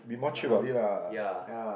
(uh huh) ya